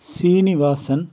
Srinivasan